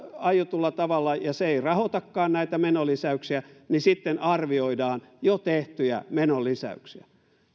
aiotulla tavalla ja se ei rahoitakaan näitä menolisäyksiä sitten arvioidaan jo tehtyjä menolisäyksiä